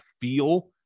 feel